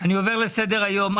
אני עובר לסדר היום.